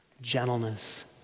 gentleness